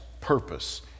purpose